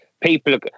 people